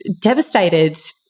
devastated